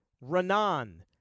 Renan